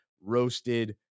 roasted